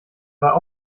war